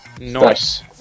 Nice